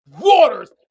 waters